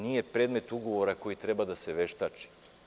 Nije predmet ugovora koji treba da se veštači.